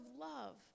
love